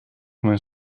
mijn